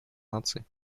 наций